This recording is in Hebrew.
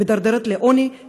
מידרדרת לעוני,